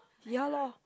ya lor